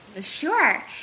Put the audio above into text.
Sure